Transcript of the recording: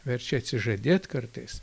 verčia atsižadėt kartais